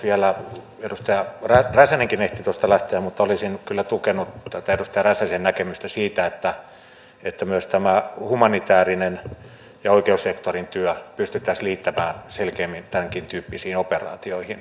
vielä edustaja räsänenkin ehti tuosta lähteä mutta olisin kyllä tukenut tätä edustaja räsäsen näkemystä siitä että myös humanitäärinen ja oikeussektorin työ pystyttäisiin liittämään selkeämmin tämänkin tyyppisiin operaatioihin